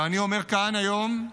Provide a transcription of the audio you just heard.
ואני אומר כאן היום: